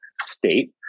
state